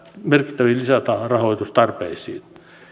merkittäviin lisärahoitustarpeisiin